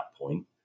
point